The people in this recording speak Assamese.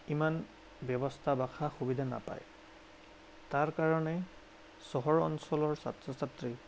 ইমান ব্যৱস্থা বা সা সুবিধা নাপায় তাৰ কাৰণে চহৰ অঞ্চলৰ ছাত্ৰ ছাত্ৰী